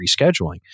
rescheduling